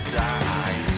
die